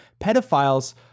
pedophiles